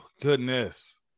Goodness